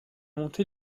montée